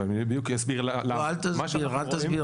אל תעשו